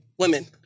Women